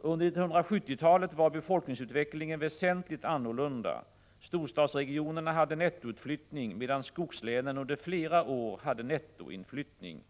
Under 1970-talet var befolkningsutvecklingen väsentligt annorlunda. Storstadsregionerna hade nettoutflyttning, medan skogslänen under flera år hade nettoinflyttning.